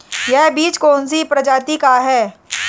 यह बीज कौन सी प्रजाति का है?